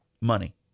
Money